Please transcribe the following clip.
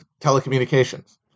telecommunications